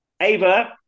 Ava